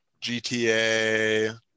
GTA